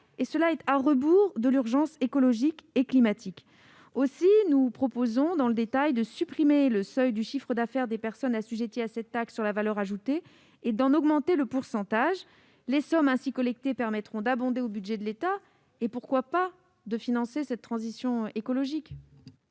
investies, à rebours de l'urgence écologique et climatique. Dans le détail, nous proposons de supprimer le seuil du chiffre d'affaires des personnes assujetties à cette taxe sur la valeur ajoutée et d'en augmenter le pourcentage. Les sommes ainsi collectées permettront d'abonder le budget de l'État et, pourquoi pas, de financer la transition écologique